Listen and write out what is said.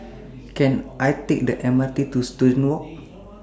Can I Take The M R T to Student Walk